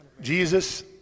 Jesus